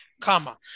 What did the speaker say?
comma